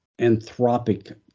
anthropic